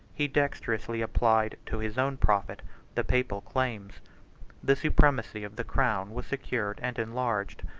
he dexterously applied to his own profit the papal claims the supremacy of the crown was secured and enlarged,